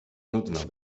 nudno